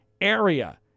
area